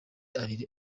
abiri